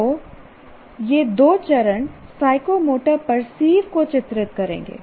तो ये दो चरण साइकोमोटर पर्सीव को चित्रित करेंगे